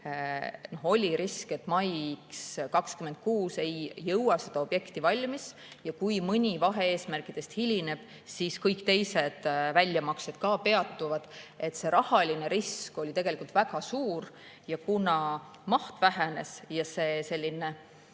oli risk, et maiks 2026 ei jõuta seda objekti valmis, ja kui mõni vahe-eesmärkidest hilineb, siis kõik teised väljamaksed samuti peatuvad. See rahaline risk oli tegelikult väga suur. Kuna maht vähenes ja selline